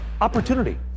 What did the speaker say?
opportunity